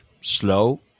slow